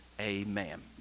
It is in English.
Amen